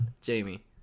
Jamie